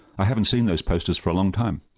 i haven't seen those posters for a long time,